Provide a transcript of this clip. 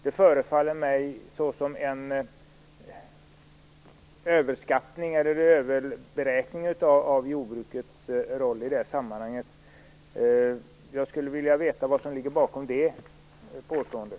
Det förefaller mig som en överberäkning av jordbrukets roll i det sammanhanget. Jag skulle vilja veta vad som ligger bakom det påståendet.